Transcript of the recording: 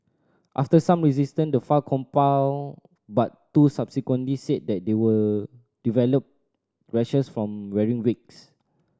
after some resistance the five complied but two subsequently said that they will developed rashes from wearing wigs